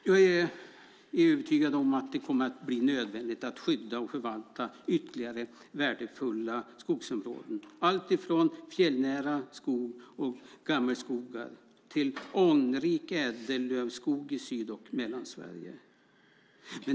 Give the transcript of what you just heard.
Jag är övertygad om att det kommer att bli nödvändigt att skydda och förvalta ytterligare värdefulla skogsområden - allt från fjällnära skog och gammelskogar till artrik ädellövskog i Syd och Mellansverige.